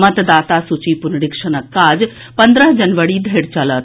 मतदाता सूची पुनरीक्षणक काज पंद्रह जनवरी धरि चलत